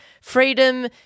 Freedom